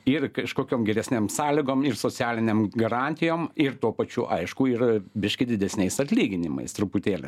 ir kažkokiom geresnėm sąlygom ir socialinėm garantijom ir tuo pačiu aišku ir biškį didesniais atlyginimais truputėlį